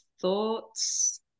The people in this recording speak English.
thoughts